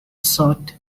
short